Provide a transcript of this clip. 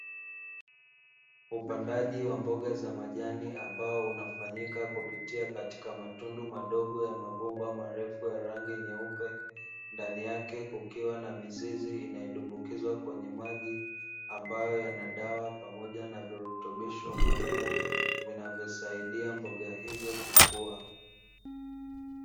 Upandaji wa mboga za majani ambao unafanyika kupitia katika matundu madogo ya mabomba marefu ya rangi nyeupe ndani yake kukiwa na mizizi inayodumbukizwa kwenye maji, ambayo yana dawa pamoja na virutubisho muhimu vinavyosaidia mboga hizo kukua.